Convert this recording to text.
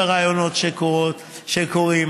בראיונות שקורים,